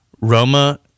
Roma